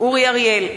אורי אריאל,